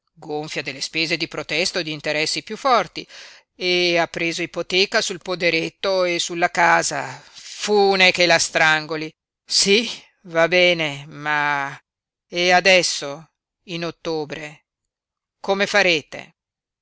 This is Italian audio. gonfia delle spese di protesto e di interessi piú forti e ha preso ipoteca sul poderetto e sulla casa fune che la strangoli sí va bene ma e adesso in ottobre come farete